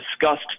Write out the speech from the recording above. discussed